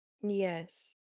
Yes